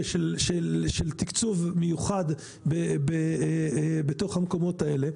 של תקצוב מיוחד בתוך המקומות האלה,